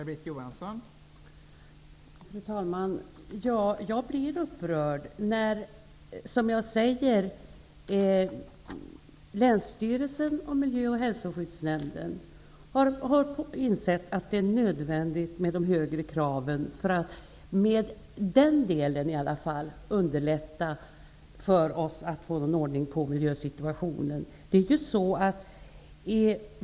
Fru talman! Jag blir upprörd eftersom, som jag sade, länsstyrelsen, Miljö och hälsoskyddsnämnden har insett att de högre kraven är nödvändiga för att i alla fall i den delen underlätta att få ordning på miljösituationen.